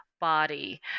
body